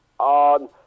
on